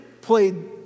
played